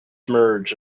merge